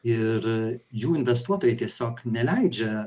ir jų investuotojai tiesiog neleidžia